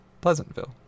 Pleasantville